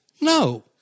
no